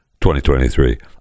2023